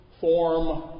form